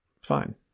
fine